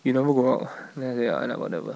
you never go ah then I say I never never